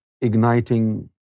igniting